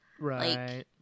Right